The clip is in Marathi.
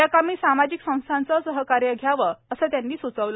याकामी सामाजिक संस्थांचं सहकार्य घ्यावं असं त्यांनी सांगितलं